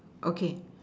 okay